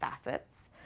facets